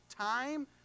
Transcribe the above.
time